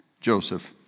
Joseph